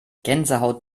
gänsehaut